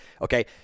Okay